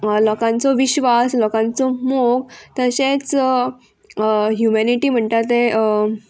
लोकांचो विश्वास लोकांचो मोग तशेंच ह्युमॅनिटी म्हणटा तें